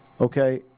Okay